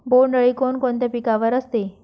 बोंडअळी कोणकोणत्या पिकावर असते?